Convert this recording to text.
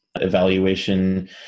evaluation